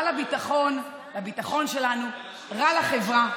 רע לביטחון, הביטחון שלנו, רע לחברה.